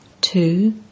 Two